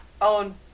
own